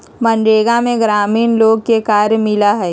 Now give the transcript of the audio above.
मनरेगा में ग्रामीण लोग के कार्य मिला हई